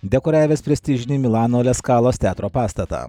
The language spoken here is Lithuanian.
dekoravęs prestižinį milano la skalos teatro pastatą